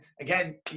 Again